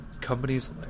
companies